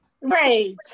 right